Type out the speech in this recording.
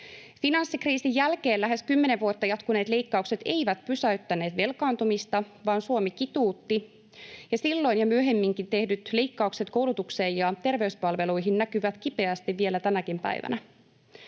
Finanssikriisin jälkeen lähes kymmenen vuotta jatkuneet leikkaukset eivät pysäyttäneet velkaantumista, vaan Suomi kituutti, ja silloin ja myöhemminkin tehdyt leikkaukset koulutukseen ja terveyspalveluihin näkyvät kipeästi vielä tänäkin päivänä.